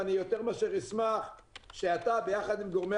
ואני יותר מאשר אשמח שאתה יחד עם גורמי